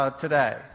today